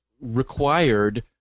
required